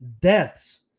deaths